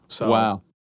wow